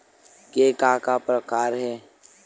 के का का प्रकार हे?